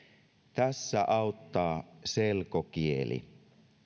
tässä auttaa selkokieli